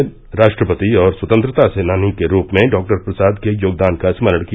श्री नायडू ने राष्ट्रपति और स्वतंत्रता सेनानी के रूप में डॉक्टर प्रसाद के योगदान का स्मरण किया